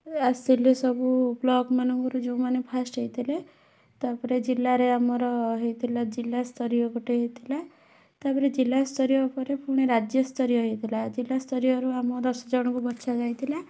ଆସିଲେ ସବୁ ବ୍ଲକ୍ମାନଙ୍କରୁ ଯେଉଁମାନେ ଫାଷ୍ଟ୍ ହୋଇଥିଲେ ତା'ପରେ ଜିଲ୍ଲାରେ ଆମର ହୋଇଥିଲା ଜିଲ୍ଲା ସ୍ତରୀୟ ଗୋଟେ ହୋଇଥିଲା ତା'ପରେ ଜିଲ୍ଲା ସ୍ତରୀୟ ପରେ ପୁଣି ରାଜ୍ୟ ସ୍ତରୀୟ ହୋଇଥିଲା ଜିଲ୍ଲା ସ୍ତରୀୟରୁ ଆମ ଦଶ ଜଣଙ୍କୁ ବଛା ଯାଇଥିଲା